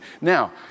Now